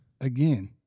Again